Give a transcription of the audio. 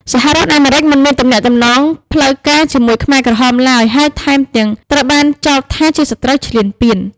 សហរដ្ឋអាមេរិកមិនមានទំនាក់ទំនងផ្លូវការជាមួយខ្មែរក្រហមឡើយ ហើយថែមទាំងត្រូវបានចោទថាជាសត្រូវឈ្លានពាន។